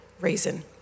reason